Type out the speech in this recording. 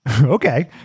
Okay